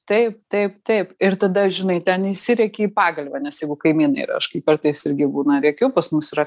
taip taip taip ir tada žinai ten išsirėki į pagalvę nes jeigu kaimynai yra aš kai kartais irgi būna rėkiu pas mus yra